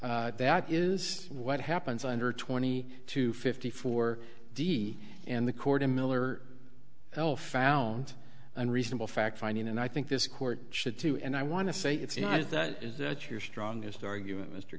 that is what happens under twenty two fifty four d and the court in miller well found unreasonable fact finding and i think this court should too and i want to say it's you know is that your strongest argument mr